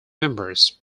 members